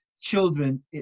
children